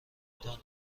تان